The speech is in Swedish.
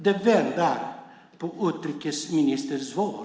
De väntar på utrikesministerns svar.